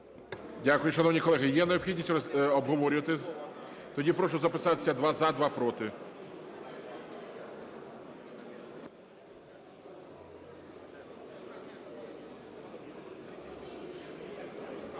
Дякую. Шановні колеги, є необхідність обговорювати? Тоді прошу записатися: два – за, два – проти.